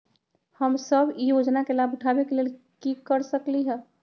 हम सब ई योजना के लाभ उठावे के लेल की कर सकलि ह?